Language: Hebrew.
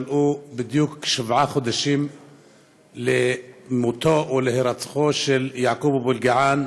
מלאו בדיוק שבעה חודשים למותו או להירצחו של יעקב אבו אלקיעאן